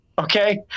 Okay